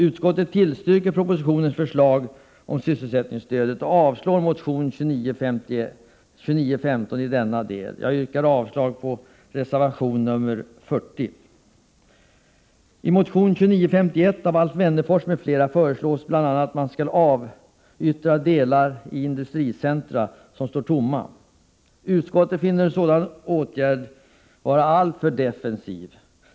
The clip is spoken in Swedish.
Utskottet tillstyrker förslaget i propositionen om sysselsättningsstödet och avstyrker motion 2915 i denna del. Jag yrkar avslag på reservation 40. I den moderata motionen 2951 av Alf Wennerfors m.fl. föreslås bl.a. att man skall avyttra de delar i industricentra som står tomma. Utskottet finner en sådan åtgärd alltför defensiv.